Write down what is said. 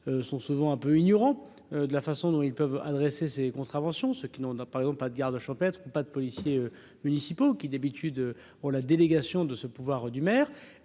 sont souvent un peu ignorant de la façon dont ils peuvent adresser ses contraventions, ce qui, nous, on a par exemple pas de garde-champêtre, pas de policiers municipaux qui, d'habitude, on la délégation de ce pouvoir du maire,